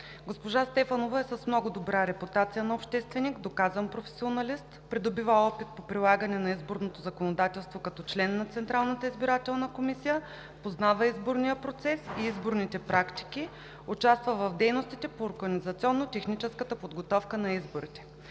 Госпожа Стефанова е с много добра репутация на общественик, доказан професионалист. Придобива опит по прилагане на изборното законодателство като член на Централната избирателна комисия, познава изборния процес и изборните практики, участва в дейностите по организационно-техническата подготовка на изборите.